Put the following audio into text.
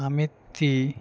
আমৃতি